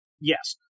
Yes